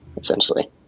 essentially